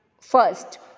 first